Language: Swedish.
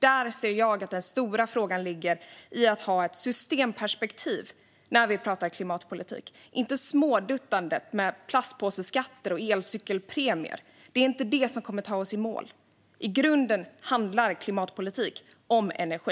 Jag ser att den stora frågan ligger i att ha ett systemperspektiv när vi pratar klimatpolitik i stället för ett småduttande med plastpåseskatter och elcykelpremier, för det är inte det som kommer att ta oss i mål. I grunden handlar klimatpolitik om energi.